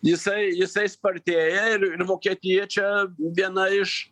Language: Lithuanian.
jisai jisai spartėja ir ir vokietija čia viena iš